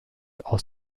aus